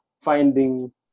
finding